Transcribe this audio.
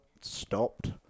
stopped